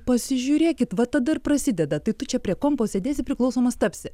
pasižiūrėkit va tada ir prasideda tai tu čia prie kompo sėdėsi priklausomas tapsi